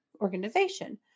organization